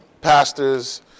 pastors